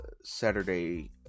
Saturday